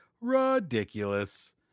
ridiculous